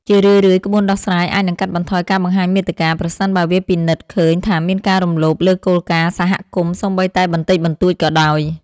ជារឿយៗ ក្បួនដោះស្រាយអាចនឹងកាត់បន្ថយការបង្ហាញមាតិកា ប្រសិនបើវាពិនិត្យឃើញថាមានការរំលោភលើគោលការណ៍សហគមន៍ សូម្បីតែបន្តិចបន្តួចក៏ដោយ។